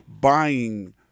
buying